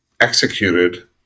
executed